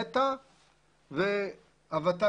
נת"ע והות"ל,